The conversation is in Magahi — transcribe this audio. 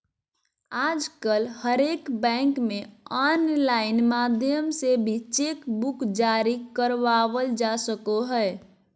आजकल हरेक बैंक मे आनलाइन माध्यम से भी चेक बुक जारी करबावल जा सको हय